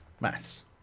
maths